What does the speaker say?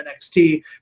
NXT